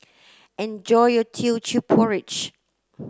enjoy your Teochew Porridge